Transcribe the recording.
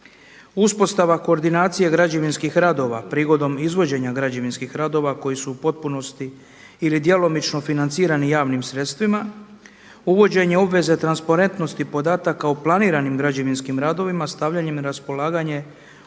uspostava koordinacije građevinskih radova prigodom izvođenja građevinskih radova koji su u potpunosti ili djelomično financirani javnim sredstvima, uvođenje obveze transparentnosti podataka o planiranim građevinskim radovima stavljanjem na raspolaganje